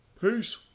Peace